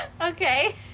Okay